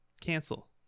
cancel